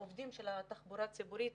העובדים של התחבורה הציבורית.